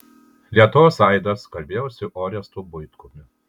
lietuvos aidas kalbėjosi su orestu buitkumi